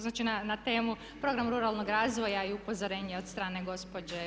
Znači na temu program ruralnog razvoja i upozorenje od strane gospođe